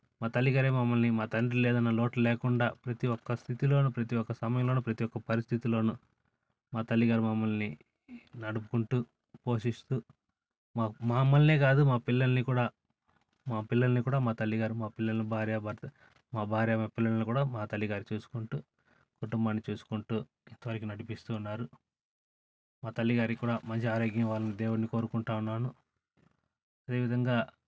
మా తల్లి గారే మమ్మల్ని మా తండ్రి లేరు అనే లోటు లేకుండా ప్రతి ఒక్క స్థితిలోను ప్రతి ఒక్క సమయంలోను ప్రతి ఒక్క పరిస్థితులోను మా తల్లిగారు మమ్మల్ని నడుపుకుంటు పోషిస్తు మా మమ్మల్నే కాదు మా పిల్లల్ని కూడా మా పిల్లల్ని కూడా మా తల్లిగారు మా పిల్లలు భార్య భర్త మా భార్య పిల్లలను కూడా మా తల్లి గారే చూసుకుంరు కుటుంబాన్ని చూసుకుంరు ఇంతవరకు నడిపిస్తున్నారు మా తల్లి గారికి కూడా మంచి ఆరోగ్యం ఇవ్వాలని దేవున్ని కోరుకుంటున్నాను ఇదే విధంగా